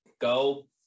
Go